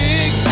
Big